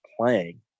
playing